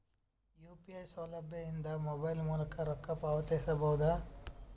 UPI ಸೌಲಭ್ಯ ಇಂದ mobile ಮೂಲಕ ರೊಕ್ಕ ಪಾವತಿಸ ಬಹುದಾ?